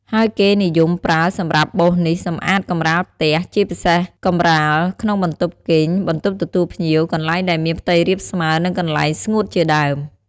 ហើយគេនិយមប្រើសម្រាប់បោសនេះសម្អាតកម្រាលផ្ទះ ជាពិសេសកម្រាលក្នុងបន្ទប់គេង បន្ទប់ទទួលភ្ញៀវ កន្លែងដែលមានផ្ទៃរាបស្មើ និងកន្លែងស្ងួតជាដើម។